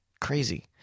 crazy